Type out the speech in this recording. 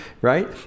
right